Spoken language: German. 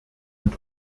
und